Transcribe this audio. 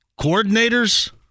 coordinators